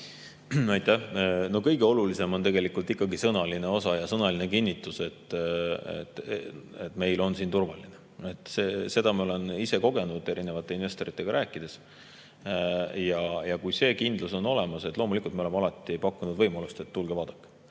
Kõige olulisem on ikkagi sõnaline osa ja sõnaline kinnitus, et meil on siin turvaline. Seda ma olen ise kogenud erinevate investoritega rääkides. See kindlus [peab olema] olemas. Loomulikult, me oleme alati pakkunud võimalust, et tulge vaadake. Aga